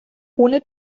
ohne